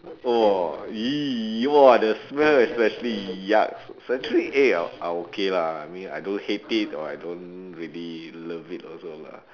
!whoa! !ee! !wah! the smell especially yucks century egg ah I okay lah I mean I don't hate it or I don't really love it also lah